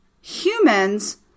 humans